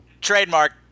Trademark